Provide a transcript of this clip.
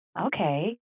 okay